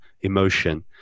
emotion